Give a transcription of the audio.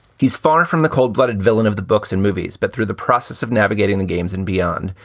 he's far from the cold blooded villain of the books in movies, but through the process of navigating the games and beyond.